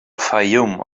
fayoum